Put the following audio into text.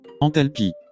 Enthalpie